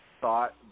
thought